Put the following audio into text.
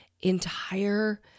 entire